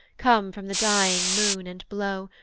come from the dying moon, and blow,